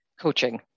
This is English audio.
Coaching